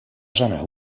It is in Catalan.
zona